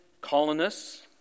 colonists